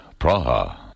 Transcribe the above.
Praha